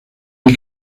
hay